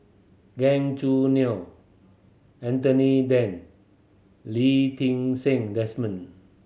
Gan Choo Neo Anthony Then Lee Ti Seng Desmond